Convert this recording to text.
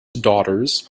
daughters